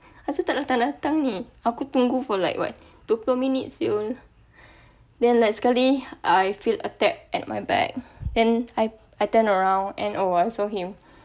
asal tak datang-datang ni aku tunggu for like what dua puluh minit then like sekali I feel a tap at my back then I I turn around and oh I saw him